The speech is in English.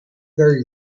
there